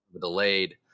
delayed